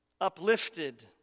uplifted